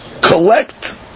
collect